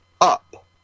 up